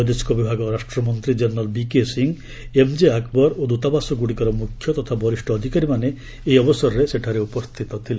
ବୈଦେଶିକ ବିଭାଗ ରାଷ୍ଟ୍ରମନ୍ତ୍ରୀ ଜେନେରାଲ୍ ବିକେ ସିଂ ଏମ୍ଜେ ଆକବର୍ ଓ ଦ୍ରତାବାସଗ୍ରଡ଼ିକର ମ୍ରଖ୍ୟ ତଥା ବରିଷ୍ଠ ଅଧିକାରୀମାନେ ଏହି ଅବସରରେ ସେଠାରେ ଉପସ୍ଥିତ ଥିଲେ